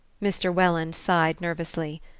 mr. welland sighed nervously.